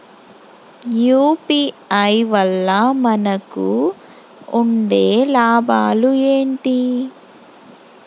UPI వల్ల మనకు ఉండే లాభాలు ఏంటి?